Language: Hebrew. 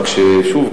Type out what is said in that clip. רק ששוב,